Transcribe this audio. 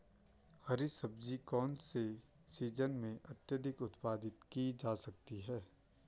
हरी सब्जी कौन से सीजन में अत्यधिक उत्पादित की जा सकती है?